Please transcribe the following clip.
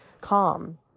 calm